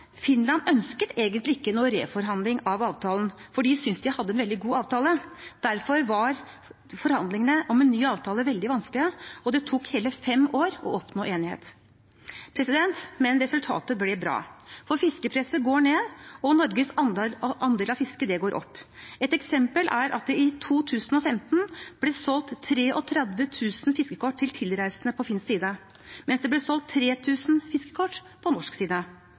Finland ønsket egentlig ikke en reforhandling av avtalen, for de syntes at de hadde en veldig god avtale. Derfor var forhandlingene om en ny avtale veldig vanskelige, og det tok hele fem år å oppnå enighet. Men resultatet ble bra. Fiskepresset går ned, og Norges andel av fisket går opp. Et eksempel på det er at det i 2015 ble solgt 33 000 fiskekort til tilreisende på finsk side, mens det ble solgt 3 000 fiskekort på norsk side,